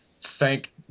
thank